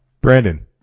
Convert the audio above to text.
Brandon